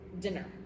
dinner